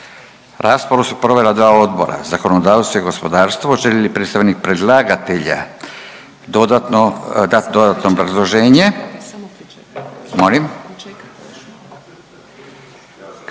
Raspravu su provela dva odbora zakonodavstvo i gospodarstvo. Želi li predstavnik predlagatelja dodatno, dat dodatno obrazloženje? Molim?